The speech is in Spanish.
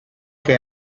que